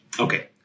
Okay